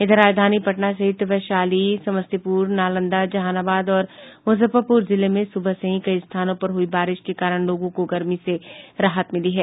इधर राजधानी पटना सहित वैशाली समस्तीपुर नालंदा जहानाबाद और मुजफ्फरपुर जिले में सुबह से ही कई स्थानों पर हुई बारिश के कारण लोगों को गर्मी से राहत मिली है